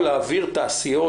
או להעביר תעשיות,